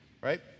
right